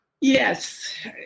Yes